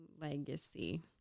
Legacy